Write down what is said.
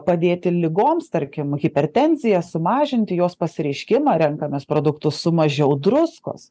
padėti ligoms tarkim hipertenzija sumažinti jos pasireiškimą renkamės produktus su mažiau druskos